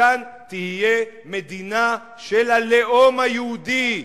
שכאן תהיה מדינה של הלאום היהודי.